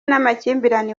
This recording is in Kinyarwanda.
n’amakimbirane